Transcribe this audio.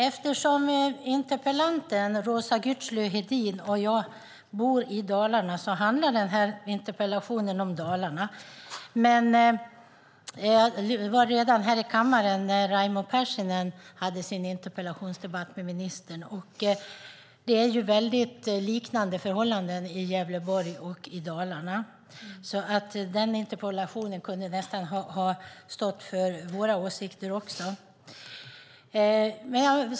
Eftersom interpellanten Roza Güclü Hedin och jag bor i Dalarna handlar interpellationen om Dalarna. Jag var här i kammaren redan när Raimo Pärssinen hade sin interpellationsdebatt med ministern, och det är liknande förhållanden i Gävleborg och Dalarna, så den interpellationen kunde nästan också ha stått för våra åsikter.